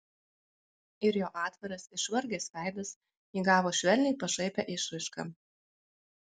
ir jo atviras išvargęs veidas įgavo švelniai pašaipią išraišką